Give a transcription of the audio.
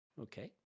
Okay